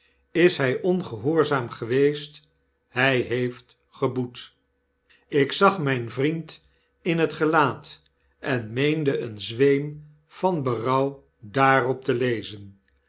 is hy ongehoorzaam geweest hij heeft geboet ik zag myn vriend in t gelaat en meende een zweem van berouw daarop te lezen